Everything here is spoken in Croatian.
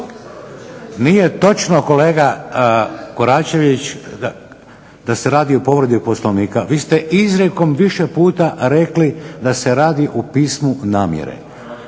Nije točno kolega KOračević da se radi o povredi Poslovnika. Vi ste izrijekom više puta rekli da se radi o pismu namjere.